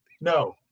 No